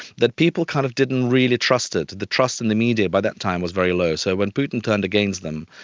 that people kind of didn't really trust it. the trust in the media by that time was very low. so when putin turned against them,